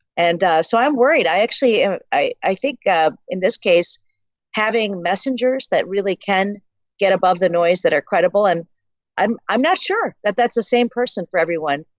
and so i worried. i actually am i think in this case having messengers that really can get above the noise that are credible and i'm i'm not sure that that's the same person for everyone.